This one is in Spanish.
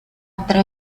otra